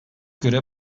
göre